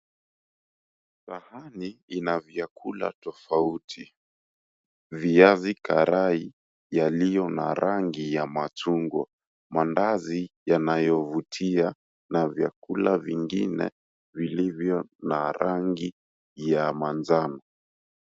Sahani inaviakula tofauti, viazi karai yaliyo na rangi ya machungwa, maandazi yanayovutia na viakula vingine vilivyo na rangi ya manjano.